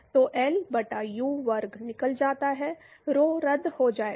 तो L बटा U वर्ग निकल जाता है rho रद्द हो जाएगा